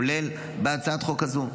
כולל בהצעת החוק הזאת.